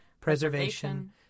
preservation